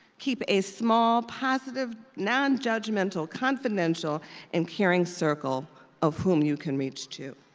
keep a small, positive, nonjudgmental, confidential and caring circle of whom you can reach to.